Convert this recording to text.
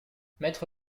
mettre